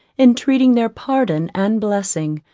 entreating their pardon and blessing,